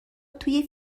توی